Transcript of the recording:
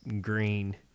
green